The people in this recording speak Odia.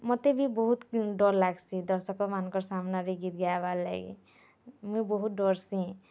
ମୋତେ ବି ବହୁତ୍ ଡ଼ର୍ ଲାଗ୍ସି ଦର୍ଶକମାନଙ୍କର୍ ସାମ୍ନାରେ ଗୀତ୍ ଗାଏବାର୍ ଲାଗି ମୁଁ ବହୁତ୍ ଡ଼ର୍ସିଁ